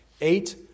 eight